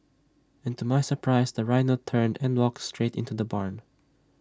and to my surprise the rhino turned and walked straight into the barn